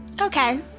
Okay